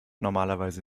normalerweise